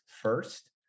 first